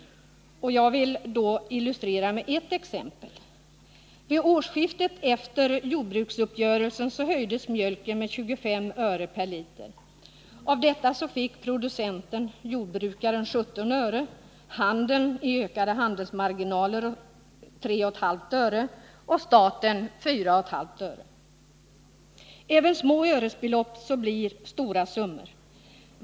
Jag vill illustrera med ett exempel. Vid årsskiftet efter jordbruksuppgörelsen höjdes priset på mjölk med 25 öre per liter. Av detta fick producenten — jordbrukaren — 17 öre, handeln i ökade handelsmarginaler 3,5 öre och staten 4,5 öre. Även små öresbelopp blir stora summor.